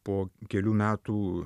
po kelių metų